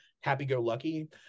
happy-go-lucky